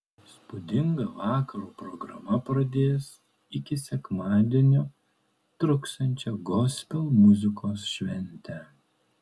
įspūdinga vakaro programa pradės iki sekmadienio truksiančią gospel muzikos šventę